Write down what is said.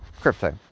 crypto